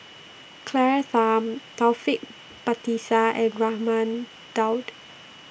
Claire Tham Taufik Batisah and Raman Daud